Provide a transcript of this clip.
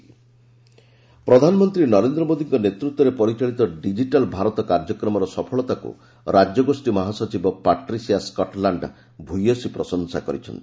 digital India ପ୍ରଧାନମନ୍ତ୍ରୀ ନରେନ୍ଦ୍ର ମୋଦିଙ୍କ ନେତୃତ୍ୱରେ ପରିଚାଳିତ ଡିଜିଟାଲ୍ ଭାରତ କାର୍ଯ୍ୟକ୍ରମର ସଫଳତାକୁ ରାଜ୍ୟଗୋଷ୍ଠୀ ମହାସଚିବ ପାଟ୍ରିସିଆ ସ୍କଟ୍ଲାଣ୍ଡ ଭୟସୀ ପ୍ରଶଂସା କରିଛନ୍ତି